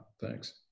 Thanks